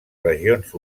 regions